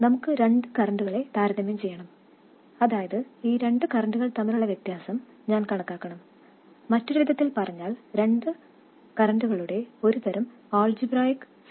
നമുക്ക് രണ്ട് കറൻറുകളെ താരതമ്യം ചെയ്യണം അതായത് ഈ രണ്ട് കറൻറുകൾ തമ്മിലുള്ള വ്യത്യാസം ഞാൻ കണക്കാക്കണം മറ്റൊരു വിധത്തിൽ പറഞ്ഞാൽ രണ്ട് വൈദ്യുതധാരകളുടെ ഒരുതരം ആൾജിബ്രായിക് സം